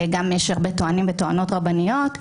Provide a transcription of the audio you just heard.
ויש גם הרבה טוענים וטוענות רבניים,